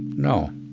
no.